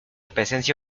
presencia